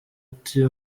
ati